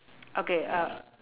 okay uh